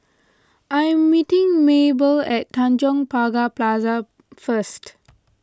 I am meeting Maebell at Tanjong Pagar Plaza first